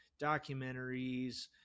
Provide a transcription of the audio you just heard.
documentaries